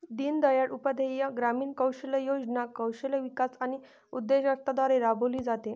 दीनदयाळ उपाध्याय ग्रामीण कौशल्य योजना कौशल्य विकास आणि उद्योजकता द्वारे राबविली जाते